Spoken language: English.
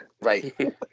Right